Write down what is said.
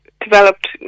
developed